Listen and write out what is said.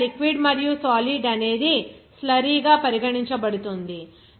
కాబట్టి ఆ లిక్విడ్ మరియు సాలిడ్ అనేది స్లర్రీ గా పరిగణించబడుతుంది